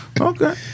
Okay